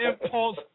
impulse